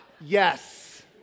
Yes